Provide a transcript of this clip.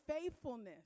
faithfulness